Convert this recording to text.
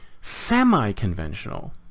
semi-conventional